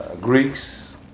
Greeks